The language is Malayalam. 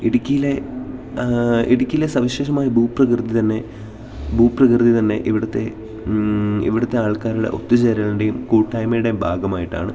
ഇടുക്കിയിലെ സവിശേഷമായ ഭൂപ്രകൃതി തന്നെ ഇവിടുത്തെ ആൾക്കാരുടെ ഒത്തുചേരലിൻ്റേയും കൂട്ടായ്മയുടെയും ഭാഗമായിട്ടാണ്